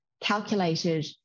calculated